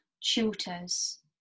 tutors